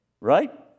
Right